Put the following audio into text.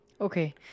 Okay